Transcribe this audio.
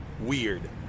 weird